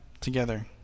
together